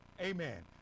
Amen